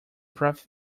profit